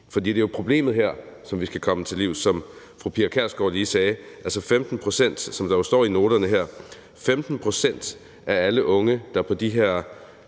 for det er jo problemet her, som vi skal komme til livs. Som fru Pia Kjærsgaard lige sagde, og som der jo står i noterne her, er det 15 pct. af alle de unge, der på de her